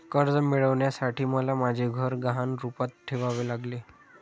कर्ज मिळवण्यासाठी मला माझे घर गहाण रूपात ठेवावे लागले